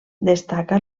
destaca